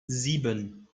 sieben